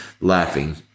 laughing